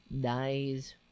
dies